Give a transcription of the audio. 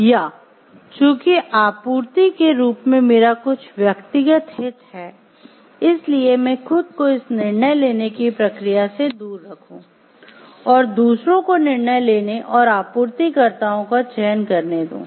या चूंकि आपूर्ति के रूप में मेरा कुछ व्यक्तिगत हित है इसलिए मैं खुद को इस निर्णय लेने की प्रक्रिया से दूर रखूं और दूसरों को निर्णय लेने और आपूर्तिकर्ताओं का चयन करने दूं